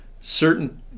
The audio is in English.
certain